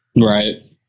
Right